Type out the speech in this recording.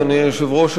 אדוני היושב-ראש,